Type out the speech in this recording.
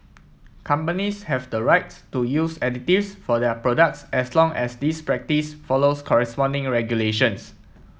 companies have the rights to use additives for their products as long as this practice follows corresponding regulations